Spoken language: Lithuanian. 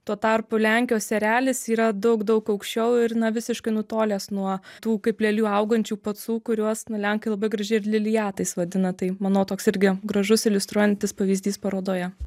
tuo tarpu lenkijos erelis yra daug daug aukščiau ir na visiškai nutolęs nuo tų kaip lelijų augančių pacų kuriuos nu lenkai labai gražiai ir lelijatais vadina tai manau toks irgi gražus iliustruojantis pavyzdys parodoje